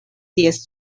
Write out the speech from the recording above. ties